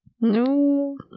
No